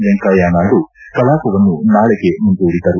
ವೆಂಕಯ್ಥನಾಯ್ದು ಕಲಾಪವನ್ನು ನಾಳೆಗೆ ಮುಂದೂಡಿದರು